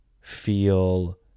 feel